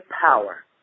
power